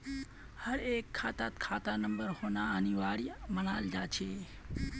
हर एक खातात खाता नंबर होना अनिवार्य मानाल जा छे